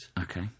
Okay